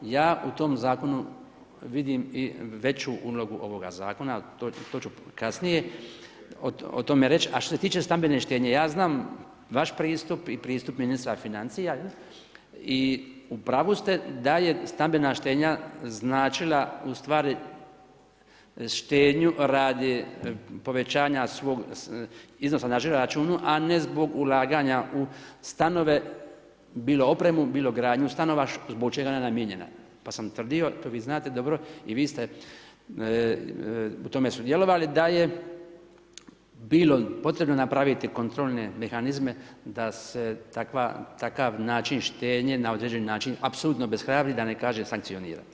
Ja u tom zakonu vidim i veću ulogu ovoga zakona, to ću kasnije o tome reći a što se tiče stambene štednje, ja znam vaš pristup i pristup ministra financija i u pravu ste da je stambena štednja značila ustvari štednju radi povećanja svog iznosa na žiro računu a ne zbog ulaganja u stanove, bilo opremu, bilo gradnju stanova zbog čega je namijenjena pa sam tvrdio, to vi znate dobro, i vi ste u tom sudjelovali, da je bilo potrebno napraviti kontrolne mehanizme da se takav način štednje na određeni način apsolutno obeshrabri, da ne kažem sankcionira.